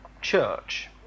church